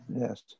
Yes